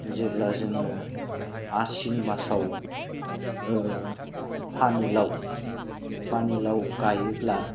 जेब्ला जोङो आसिन मासाव पानिलाव पानिलाव गायोब्ला